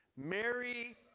Mary